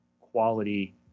quality